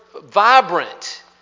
vibrant